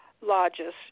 lodges